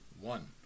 one